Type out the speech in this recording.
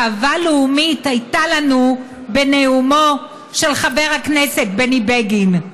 גאווה לאומית הייתה לנו בנאומו של חבר הכנסת בני בגין.